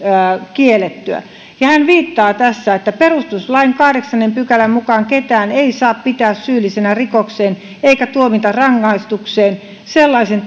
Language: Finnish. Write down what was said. kiellettyä ja hän viittaa tässä siihen että perustuslain kahdeksannen pykälän mukaan ketään ei saa pitää syyllisenä rikokseen eikä tuomita rangaistukseen sellaisen